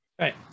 right